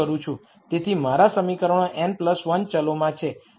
તેથી મારા સમીકરણો n 1 ચલોમાં છે